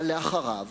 אבל אחריו